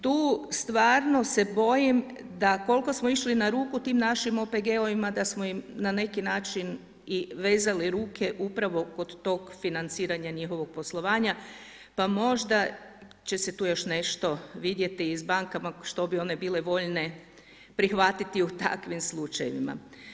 Tu stvarno se bojim da koliko smo išli na ruku tim našim OPG-ima da smo im na neki način i vezali ruke upravo kod tog financiranja njihovog poslova pa možda će se tu još nešto vidjeti i s bankama što bi one bile voljne prihvatiti u takvim slučajevima.